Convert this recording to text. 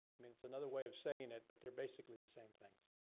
i mean it's another way of saying it but they're basically the same things.